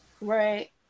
Right